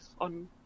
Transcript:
on